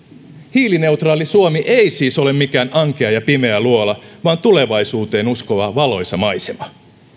hiilineutraali suomi ei siis ole mikään ankea ja pimeä luola vaan tulevaisuuteen uskova valoisa maisema